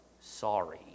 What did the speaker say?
sorry